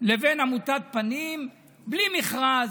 ועמותת פנים, בלי מכרז,